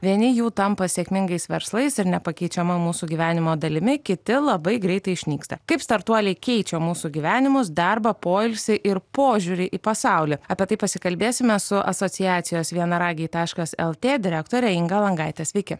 vieni jų tampa sėkmingais verslais ir nepakeičiama mūsų gyvenimo dalimi kiti labai greitai išnyksta kaip startuoliai keičia mūsų gyvenimus darbą poilsį ir požiūrį į pasaulį apie tai pasikalbėsime su asociacijos vienaragiai taškas lt direktore inga langaite sveiki